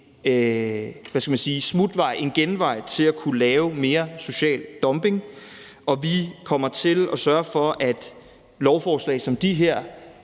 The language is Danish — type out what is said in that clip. smutvej, en genvej til at kunne lave mere social dumping, og vi kommer til at sørge for, at lovforslag som de her